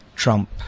Trump